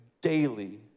daily